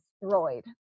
Destroyed